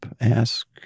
Ask